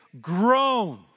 groaned